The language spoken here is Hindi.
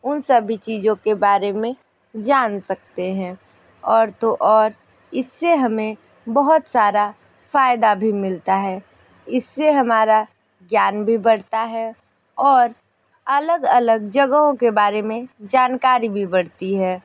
उन सभी चीज़ों के बारे में जान सकते हैं और तो और इससे हमें बहुत सारा फायदा भी मिलता है इससे हमारा ज्ञान भी बढ़ता है और अलग अलग जगहों के बारे में जानकारी भी बढ़ती है